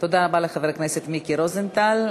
תודה רבה לחבר הכנסת מיקי רוזנטל.